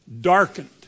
darkened